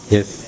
Yes